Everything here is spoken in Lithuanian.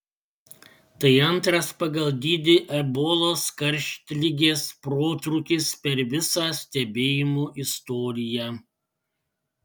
tai antras pagal dydį ebolos karštligės protrūkis per visą stebėjimų istoriją